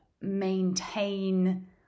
maintain